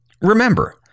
Remember